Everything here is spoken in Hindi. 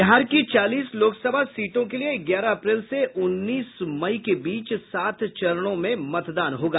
बिहार की चालीस लोकसभा सीटों के लिए ग्यारह अप्रैल से उन्नीस मई के बीच सात चरणों में मतदान होगा